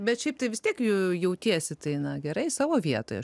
bet šiaip tai vis tiek jų jautiesi tai na gerai savo vietoj